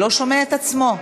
לא שומע את עצמו.